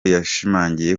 yashimangiye